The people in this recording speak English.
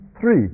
three